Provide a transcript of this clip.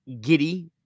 giddy